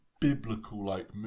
biblical-like